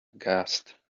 aghast